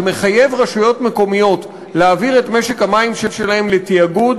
שמחייב רשויות מקומיות להעביר את משק המים שלהן לתאגוד,